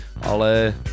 ale